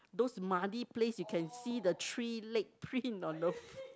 those muddy place you can see the three leg print on those